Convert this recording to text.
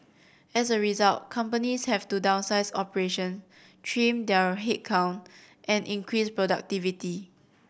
as a result companies have to downsize operation trim their headcount and increase productivity